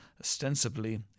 ostensibly